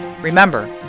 Remember